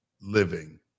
living